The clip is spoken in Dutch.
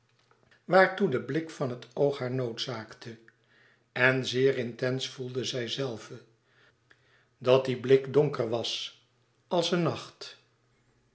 waartoe de blik van het oog haar noodzaakte en zeer intens voelde zijzelve dat die blik donker was als een nacht